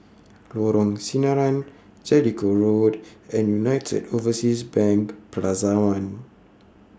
Lorong Sinaran Jellicoe Road and United Overseas Bank Plaza one